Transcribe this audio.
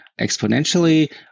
exponentially